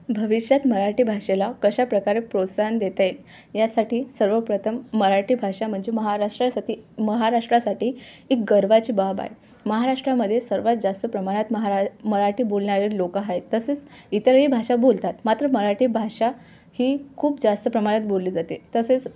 भविष्यात मराठी भाषेला कशाप्रकारे प्रोत्साहन देता येईल यासाठी सर्वप्रथम मराठी भाषा म्हणजे महाराष्ट्रासाठी महाराष्ट्रासाठी एक गर्वाची बाब आहे महाराष्ट्रामध्ये सर्वात जास्त प्रमाणात महारा मराठी बोलणारे लोकं आहे तसेच इतरही भाषा बोलतात मात्र मराठी भाषा ही खूप जास्त प्रमाणात बोलली जाते तसेच